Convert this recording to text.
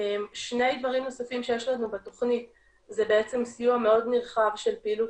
שני דברים נוספים שיש לנו בתוכנית זה סיוע מאוד נרחב של פעילות